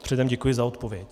Předem děkuji za odpověď.